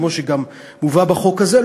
כמו שגם מובא בחוק הזה,